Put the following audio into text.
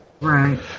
Right